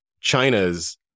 china's